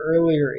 earlier